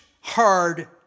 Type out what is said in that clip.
hard